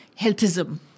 healthism